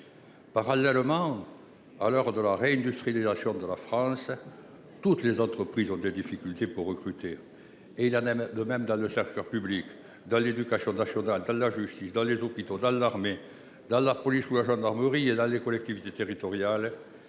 Parallèlement, à l'heure de la réindustrialisation de la France, toutes les entreprises ont des difficultés pour recruter. Il en est de même dans le secteur public. Dans l'éducation nationale, dans la justice, dans les hôpitaux, dans l'armée, dans la police ou la gendarmerie, et dans les collectivités territoriales,